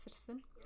citizen